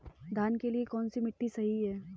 धान के लिए कौन सी मिट्टी सही है?